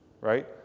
right